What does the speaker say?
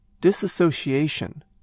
disassociation